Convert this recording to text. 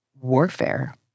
warfare